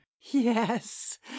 yes